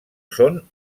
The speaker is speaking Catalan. són